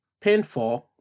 pinfall